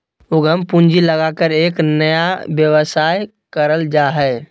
उद्यम पूंजी लगाकर एक नया व्यवसाय करल जा हइ